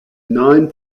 nine